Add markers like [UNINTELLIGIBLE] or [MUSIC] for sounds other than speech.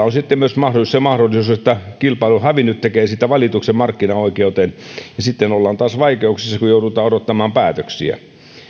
[UNINTELLIGIBLE] on sitten myös se mahdollisuus että kilpailun hävinnyt tekee siitä valituksen markkinaoikeuteen ja sitten ollaan taas vaikeuksissa kun joudutaan odottamaan päätöksiä